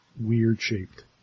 weird-shaped